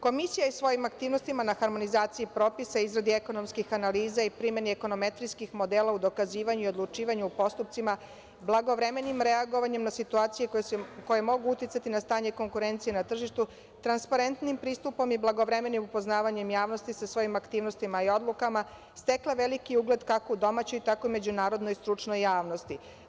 Komisija je svojim aktivnostima na harmonizaciji propisa, izradi ekonomskih analiza i primeni ekonometrijskih modela u dokazivanju i odlučivanju u postupcima, blagovremenim reagovanjem na situacije koje mogu uticati na stanje konkurencije na tržištu, transparentnijim prisustvom i blagovremenim upoznavanjem javnosti sa svojim aktivnostima, odlukama stekla veliki ugled kako u domaćoj, tako i u međunarodnoj stručnoj javnosti.